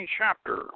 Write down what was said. chapter